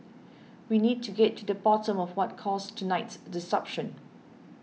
we need to get to the bottom of what caused tonight's disruption